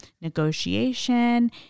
negotiation